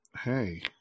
Hey